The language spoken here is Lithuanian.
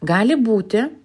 gali būti